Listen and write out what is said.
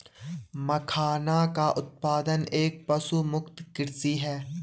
मखाना का उत्पादन एक पशुमुक्त कृषि है